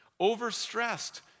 Overstressed